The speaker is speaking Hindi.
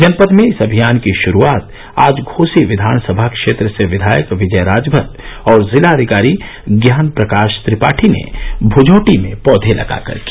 जनपद में इस अभियान की शुरुआत आज घोसी विघानसभा क्षेत्र से विघायक विजय राजभर और जिलाधिकारी ज्ञान प्रकाश त्रिपाठी ने भुजौटी में पौधे लगाकर की